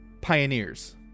pioneers